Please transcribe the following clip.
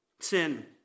Sin